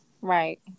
Right